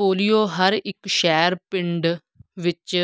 polio ਹਰ ਇੱਕ ਸ਼ਹਿਰ ਪਿੰਡ ਵਿੱਚ